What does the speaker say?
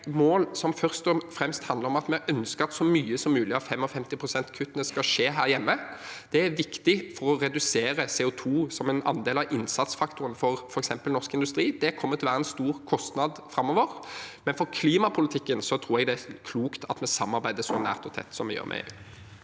er det et mål som først og fremst handler om at vi ønsker at så mye som mulig av 55 pst.-kuttet skal skje her hjemme. Det er viktig for å redusere andelen CO2 som innsatsfaktor for f.eks. norsk industri. Det kommer til å være en stor kostnad framover. Men for klimapolitikken tror jeg det er klokt at vi samarbeider så nært og tett som vi gjør med EU.